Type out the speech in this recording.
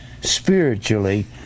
spiritually